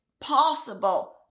possible